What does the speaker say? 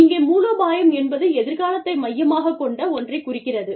இங்கே மூலோபாயம் என்பது எதிர்காலத்தை மையமாகக் கொண்ட ஒன்றைக் குறிக்கிறது